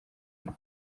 rwe